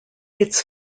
its